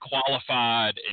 qualified